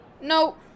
No